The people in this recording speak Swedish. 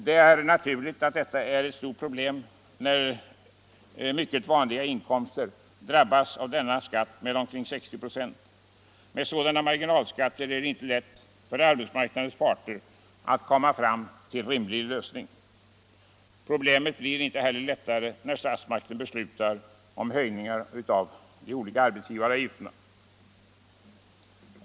Det är naturligt att detta är ett stort problem, när mycket vanliga inkomster drabbas av en marginalskatt på omkring 60 96. Med sådana marginalskatter är det inte lätt för arbetsmarknadens parter att komma fram till en rimlig lösning. Problemet blir inte lättare när statsmakten beslutar om höjningar av de olika arbetsgivaravgifterna.